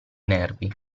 nervi